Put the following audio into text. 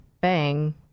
bang